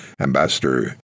Ambassador